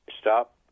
Stop